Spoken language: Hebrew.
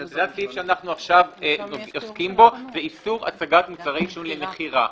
זה הסעיף שאנחנו עוסקים בו זה איסור הצגת מוצרי עישון למכירה.